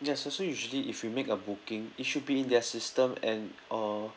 yes so sir usually if we make a booking it should be in their system and uh